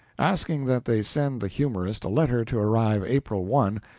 asking that they send the humorist a letter to arrive april one,